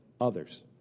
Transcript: others